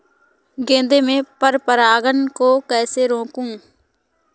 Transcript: गेंदा में पर परागन को कैसे रोकुं?